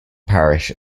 parish